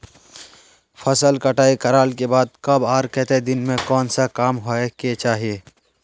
फसल कटाई करला के बाद कब आर केते दिन में कोन सा काम होय के चाहिए?